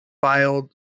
filed